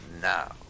now